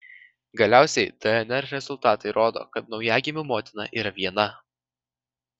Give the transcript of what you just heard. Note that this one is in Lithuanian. galiausiai dnr rezultatai rodo kad naujagimių motina yra viena